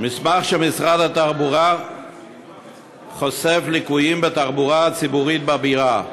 מסמך של משרד התחבורה חושף ליקויים בתחבורה הציבורית בבירה,